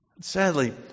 Sadly